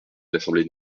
l’assemblée